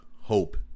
hope